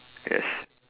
yes